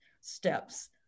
steps